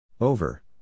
Over